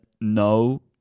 no